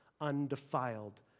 undefiled